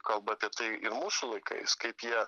kalba apie tai mūsų laikais kaip jie